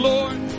Lord